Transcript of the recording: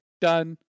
Done